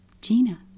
Gina